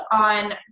on